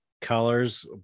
colors